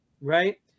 right